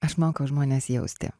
aš mokau žmones jausti